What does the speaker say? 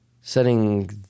setting